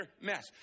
mess